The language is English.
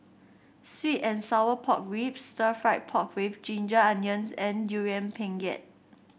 sweet and Sour Pork Ribs Stir Fried Pork with Ginger Onions and Durian Pengat